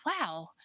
wow